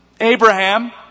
Abraham